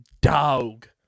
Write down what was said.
dog